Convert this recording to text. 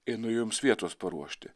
einu jums vietos paruošti